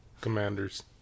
Commanders